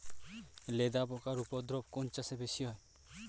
লেদা পোকার উপদ্রব কোন চাষে বেশি হয়?